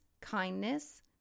kindness